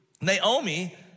Naomi